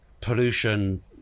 pollution